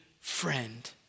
Friend